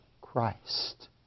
Christ